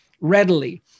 readily